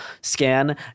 scan